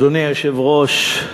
אדוני היושב-ראש,